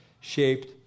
shaped